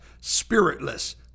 spiritless